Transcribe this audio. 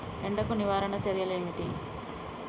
ఎండకు నివారణ చర్యలు ఏమిటి?